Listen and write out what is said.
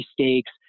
stakes